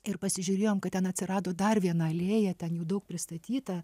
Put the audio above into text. ir pasižiūrėjom kad ten atsirado dar viena alėja ten jau daug pristatyta